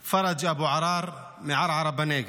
פרג' אבו עראר מערערה שבנגב,